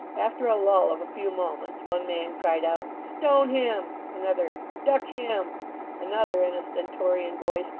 after a lull of a few moments, one man cried out, stone him another, duck him another, in a stentorian voice,